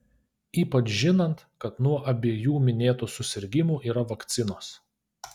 ypač žinant kad nuo abiejų minėtų susirgimų yra vakcinos